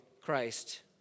Christ